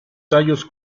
tallos